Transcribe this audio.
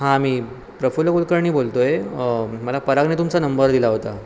हां मी प्रफुल्ल कुलकर्णी बोलतो आहे मला परागने तुमचा नंबर दिला होता